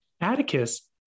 Atticus